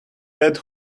dead